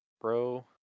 bro